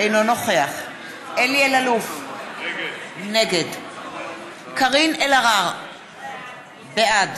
אינו נוכח אלי אלאלוף, נגד קארין אלהרר, בעד